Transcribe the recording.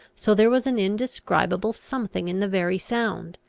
so there was an indescribable something in the very sound,